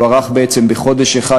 יוארך בעצם בחודש אחד,